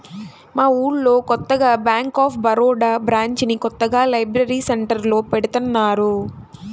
మా ఊళ్ళో కొత్తగా బ్యేంక్ ఆఫ్ బరోడా బ్రాంచిని కొత్తగా లైబ్రరీ సెంటర్లో పెడతన్నారు